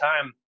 time